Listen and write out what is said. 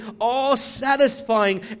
all-satisfying